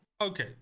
okay